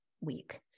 week